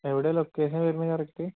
എവിടെയാണ് ലൊക്കേഷൻ വരുന്നത് കറക്റ്റ്